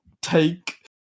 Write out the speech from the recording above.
Take